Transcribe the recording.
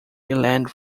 inland